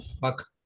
fuck